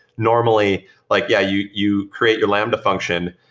normally like, yeah, you you create your lambda function,